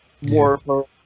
more